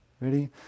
Ready